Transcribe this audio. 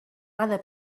other